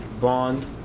bond